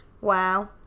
Wow